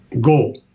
go